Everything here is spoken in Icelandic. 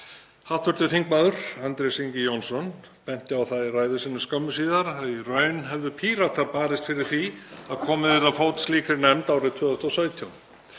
Hv. þm. Andrés Ingi Jónsson benti á það í ræðu sinni skömmu síðar að í raun hefðu Píratar barist fyrir því að komið yrði á fót slíkri nefnd árið 2017.